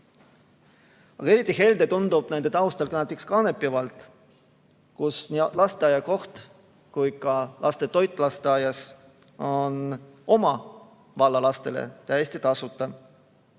eriti helde tundub nende taustal näiteks Kanepi vald, kus nii lasteaiakoht kui ka laste toit lasteaias on oma valla lastele täiesti tasuta.